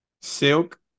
Silk